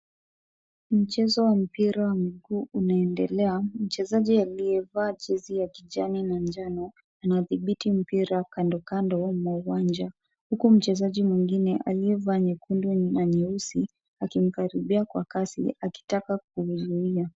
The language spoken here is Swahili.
Mchezo wa mpira wa mguu unaendelea. Mchezaji aliyevaa jezi ya kijani na njano anadhibiti mpira kandokando mwa uwanja. Huku mchezaji mwingine aliyevaa nyekundu na nyeusi akimkaribia kwa kasi akitaka kumzuia.